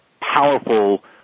powerful